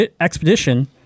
Expedition